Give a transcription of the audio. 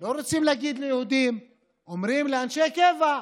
לא רוצים להגיד "ליהודים" אומרים "לאנשי קבע".